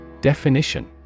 Definition